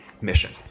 mission